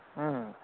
ᱦᱮᱸ ᱦᱮᱸ